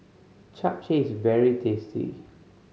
japchae is very tasty